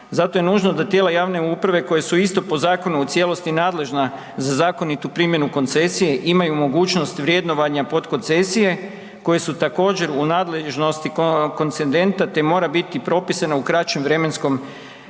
Zato je nužno da tijela javne uprave koje su isto po zakonu u cijelosti nadležna za zakonitu primjenu koncesije, imaju mogućnost vrednovanja podkoncesije koje su također u nadležnosti koncendenta te mora biti propisana u kraćem vremenskom rokovima